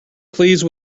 please